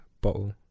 bottle